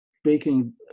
speaking